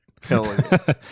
Hell